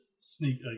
sneak